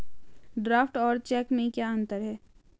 Draft और cheque में क्या अंतर है?